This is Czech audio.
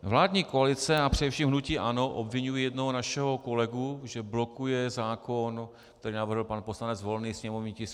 Vládní koalice a především hnutí ANO obviňuje jednoho našeho kolegu, že blokuje zákon, který navrhl pan poslanec Volný, sněmovní tisk 437.